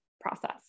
process